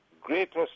greatest